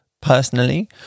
personally